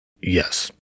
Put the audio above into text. Yes